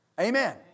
Amen